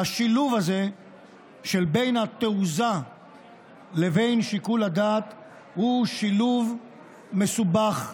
והשילוב הזה בין התעוזה לבין שיקול הדעת הוא שילוב מסובך,